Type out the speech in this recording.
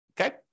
okay